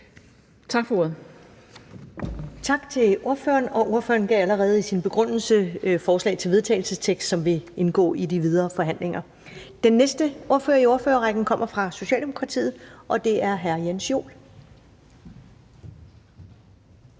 Ellemann): Tak til ordføreren for forespørgerne, som allerede i sin begrundelse kom med et forslag til vedtagelse, der vil indgå i de videre forhandlinger. Den næste i ordførerrækken kommer fra Socialdemokratiet, og det er hr. Jens Joel.